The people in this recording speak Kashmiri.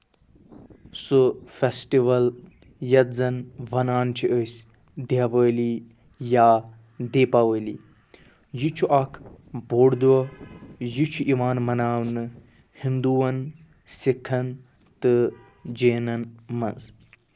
سُہ فٮ۪سٹِوَل یَتھ زَن وَنان چھِ أسۍ دٮ۪وٲلی یا دِپاؤلی یہِ چھُ اکھ بوٚڑ دۄہ یہِ چھُ یِوان مَناونہٕ ہِندُوَن سِکھَن تہٕ جٮ۪نَن منٛز